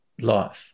life